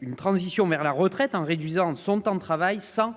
une transition vers la retraite en réduisant leur temps de travail, sans